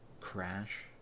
crash